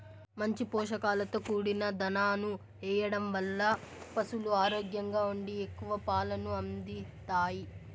మంచి పోషకాలతో కూడిన దాణాను ఎయ్యడం వల్ల పసులు ఆరోగ్యంగా ఉండి ఎక్కువ పాలను అందిత్తాయి